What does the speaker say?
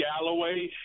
Galloway